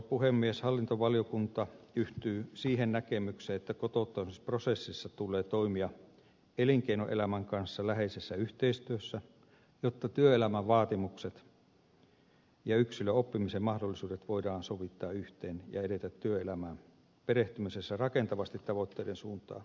hallintovaliokunta yhtyy siihen näkemykseen että kotouttamisprosessissa tulee toimia elinkeinoelämän kanssa läheisessä yhteistyössä jotta työelämän vaatimukset ja yksilön oppimisen mahdollisuudet voidaan sovittaa yhteen ja edetä työelämään perehtymisessä rakentavasti tavoitteiden suuntaan